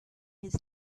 his